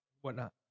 whatnot